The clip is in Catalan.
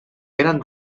eren